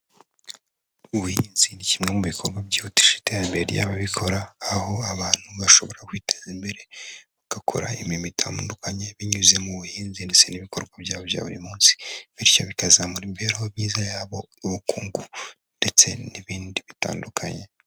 Ubuhinzi ni kimwe mu bikorwa byihutisha iterambere ry'ababikora, aho abantu bashobora kwiteza imbere bagakora imirimo itandukanye binyuze mu buhinzi ndetse n'ibikorwa byabo bya buri munsi, bityo bikazamura imibereho myiza yabo, ubukungu ndetse n'ibindi bitandukanye.